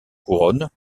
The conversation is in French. couronne